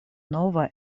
nova